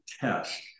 test